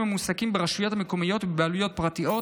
המועסקים ברשויות המקומיות ובבעלויות פרטיות,